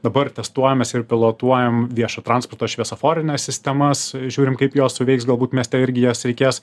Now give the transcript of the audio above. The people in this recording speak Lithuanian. dabar testuojames ir pilotuojam viešo transporto šviesoforines sistemas žiūrim kaip jos suveiks galbūt mieste irgi jas reikės